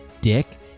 dick